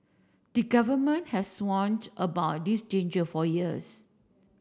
the Government has warned about this danger for years